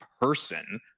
person